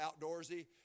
outdoorsy